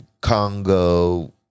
Congo